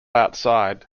outside